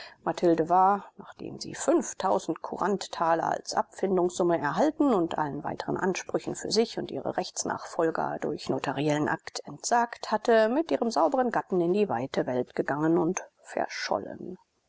mathilde war nachdem sie kuranttaler als abfindungssumme erhalten und allen weiteren ansprüchen für sich und ihre rechtsnachfolger durch notariellen akt entsagt hatte mit ihrem sauberen gatten in die weite welt gegangen und verschollen